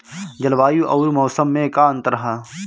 जलवायु अउर मौसम में का अंतर ह?